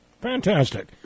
Fantastic